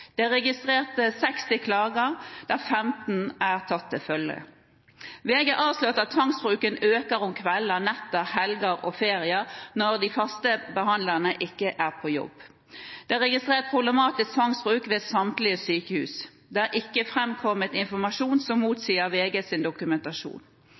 Det er registrert 60 klager, der 15 er tatt til følge. VG avslørte at tvangsbruken øker om kvelder, netter, helger og ferier når de faste behandlerne ikke er på jobb. Det er registrert problematisk tvangsbruk ved samtlige sykehus. Det er ikke framkommet informasjon som